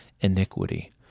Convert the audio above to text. iniquity